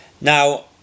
Now